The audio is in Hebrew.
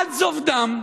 עד זוב דם,